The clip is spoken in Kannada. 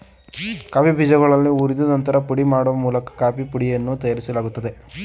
ಕಾಫಿ ಬೀಜಗಳನ್ನು ಹುರಿದು ನಂತರ ಪುಡಿ ಮಾಡೋ ಮೂಲಕ ಕಾಫೀ ಪುಡಿಯನ್ನು ತಯಾರಿಸಲಾಗ್ತದೆ